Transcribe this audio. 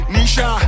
Nisha